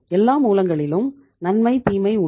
எல்லா மூலங்களிலும் நன்மை தீமை உண்டு